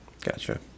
Gotcha